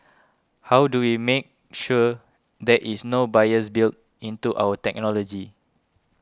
how do we make sure there is no bias built into our technology